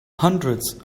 hundreds